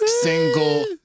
single